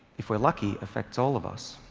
if we're lucky, affects all of us.